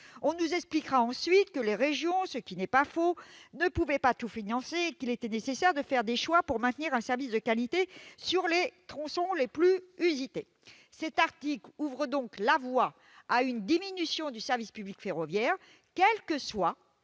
On nous expliquera ensuite que les régions ne pouvaient pas tout financer- ce qui n'est pas faux -et qu'il était nécessaire de faire des choix pour maintenir un service de qualité sur les tronçons les plus fréquentés. Cet article ouvre donc la voie à une diminution du service public ferroviaire, quelles que soient